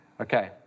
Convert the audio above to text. Okay